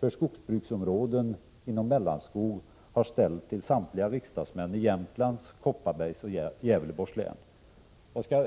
för skogsbruksområdena inom Mellanskog har ställt till samtliga riksdagsmän i Jämtlands, Kopparbergs och Gävleborgs län.